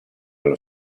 allo